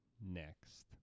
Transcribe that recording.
next